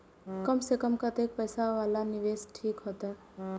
कम से कम कतेक पैसा वाला निवेश ठीक होते?